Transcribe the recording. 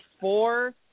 four